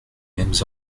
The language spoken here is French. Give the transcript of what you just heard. mêmes